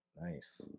Nice